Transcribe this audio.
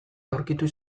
aurkitu